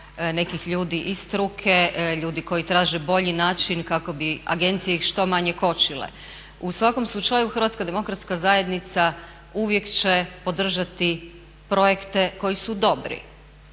nekih ljudi iz struke, ljudi koji traže bolji način kako bi agencije ih što manje kočile. U svakom slučaju HDZ uvijek će podržati projekte koji su dobri.